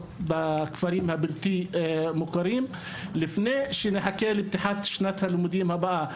בכפרים הבלתי מוכרים לפני שתתחיל שנת הלימודים הבאה.